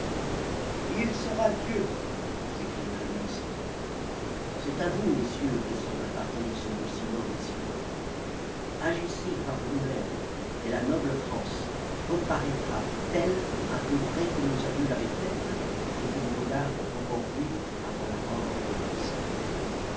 il sera dieu s'écrie le fabuliste c'est à vous messieurs que semble appartenir ce mot si noble et si profond agissez par vous-mêmes et la noble france reparaîtra telle à peu près que nos aïeux l'avaient faite et que nos regards l'ont encore vue avant la mort de louis